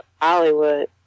Hollywood